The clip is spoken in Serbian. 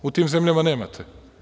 U tim zemljama nemate.